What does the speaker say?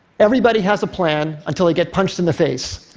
everybody has a plan, until they get punched in the face.